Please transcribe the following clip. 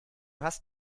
hast